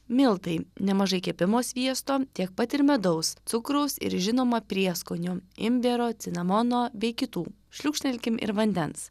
miltai nemažai kepimo sviesto tiek pat ir medaus cukraus ir žinoma prieskonių imbiero cinamono bei kitų šliūkštelkim ir vandens